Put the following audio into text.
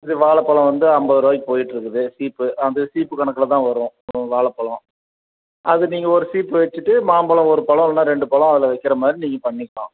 இது வாழைப் பழம் வந்து ஐம்பது ரூபாய்க்கு போயிகிட்ருக்குது சீப்பு அந்த சீப்பு கணக்கில் தான் வரும் வாழைப் பழம் அது நீங்கள் ஒரு சீப்பு வெச்சுட்டு மாம்பழம் ஒரு பழம் இல்லைன்னா ரெண்டு பழம் அதில் வைக்கிற மாதிரி நீங்கள் பண்ணிக்கலாம்